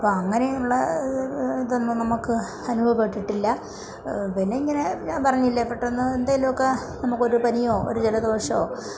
അപ്പം അങ്ങനെയുള്ള ഇതൊന്നും നമുക്ക് അനുഭവപ്പെട്ടിട്ടില്ല പിന്നെ ഇങ്ങനെ ഞാൻ പറഞ്ഞില്ലേ പെട്ടെന്ന് എന്തെങ്കിലും ഒക്കെ നമുക്ക് ഒരു പനിയോ ഒരു ജലദോഷമോ